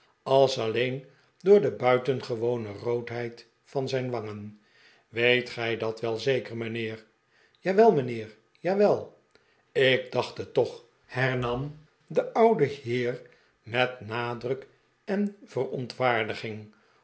als alleen door de buitengewone roodheid van zijn wangen weet gij dat wel zeker mijnheer jawel mijnheer jawel ik dacht het toch hernam de oude heer met nadruk en verontwaardiging